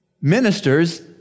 ministers